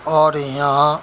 اور یہاں